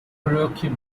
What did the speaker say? karaoke